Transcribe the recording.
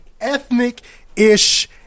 Ethnic-ish